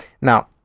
Now